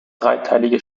dreiteilige